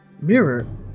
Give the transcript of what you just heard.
Mirror